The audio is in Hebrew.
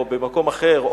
או במקום אחר,